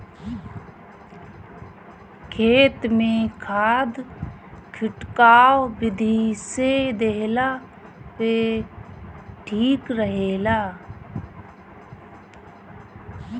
खेत में खाद खिटकाव विधि से देहला पे ठीक रहेला